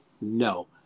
No